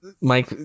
Mike